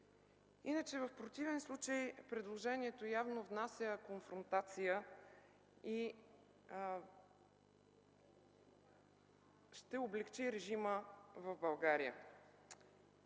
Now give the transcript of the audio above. В противен случай предложението явно внася конфронтация. Това ще облекчи режима в България.